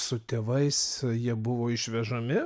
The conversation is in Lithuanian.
su tėvais jie buvo išvežami